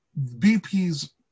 BP's